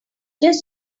just